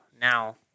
now